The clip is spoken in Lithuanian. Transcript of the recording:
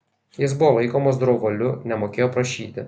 jis buvo laikomas drovuoliu nemokėjo prašyti